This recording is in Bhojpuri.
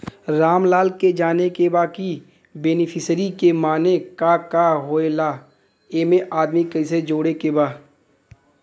रामलाल के जाने के बा की बेनिफिसरी के माने का का होए ला एमे आदमी कैसे जोड़े के बा?